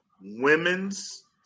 women's